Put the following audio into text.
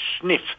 sniff